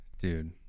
Dude